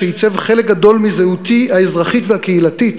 שעיצב חלק גדול מזהותי האזרחית והקהילתית,